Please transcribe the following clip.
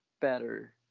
better